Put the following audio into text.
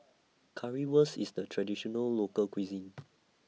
Currywurst IS A Traditional Local Cuisine